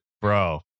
Bro